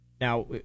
Now